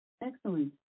Excellent